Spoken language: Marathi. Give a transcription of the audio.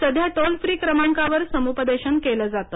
सध्या टोल फ्री क्रमांकावर समुपदेशन केलं जातं